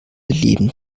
leben